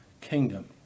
kingdom